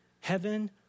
heaven